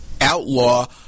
outlaw